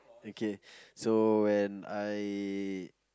okay so when I